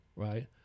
Right